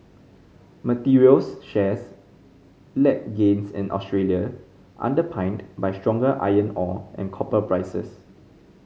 materials shares led gains in Australia underpinned by stronger iron ore and copper prices